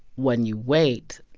when you wait,